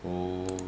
oh